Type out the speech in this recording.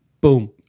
Boom